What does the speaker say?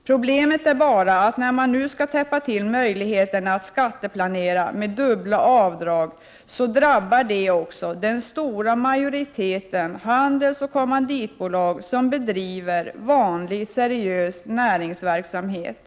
Problemet är bara att när man nu skall täppa till möjligheterna att skatteplanera med dubbla avdrag, så drabbar detta också den stora majoriteten handelsoch kommanditbolag som driver vanlig seriös näringsverksamhet.